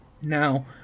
Now